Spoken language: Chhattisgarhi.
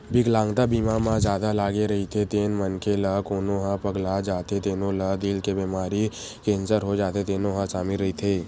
बिकलांगता बीमा म जादा लागे रहिथे तेन मनखे ला कोनो ह पगला जाथे तेनो ला दिल के बेमारी, केंसर हो जाथे तेनो ह सामिल रहिथे